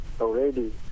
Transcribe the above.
already